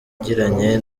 yagiranye